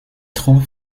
troupes